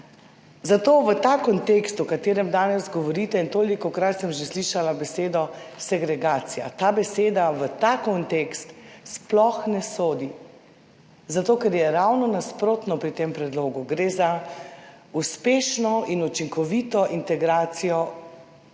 Zato v ta kontekst, o katerem danes govorite, in tolikokrat sem že slišala besedo segregacija, ta beseda v ta kontekst sploh ne sodi, zato ker je ravno nasprotno. Pri tem predlogu gre za uspešno in učinkovito integracijo